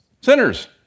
Sinners